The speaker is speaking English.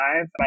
five